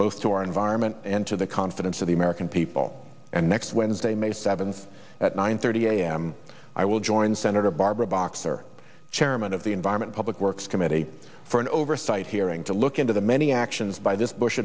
both to our environment and to the confidence of the american people and next wednesday may seventh at nine thirty a m i will join senator barbara boxer chairman of the environment public works committee for an oversight hearing to look into the many actions by this bush